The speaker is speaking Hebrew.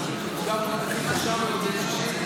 נפגע בתאונת דרכים קשה מאוד ביום שישי.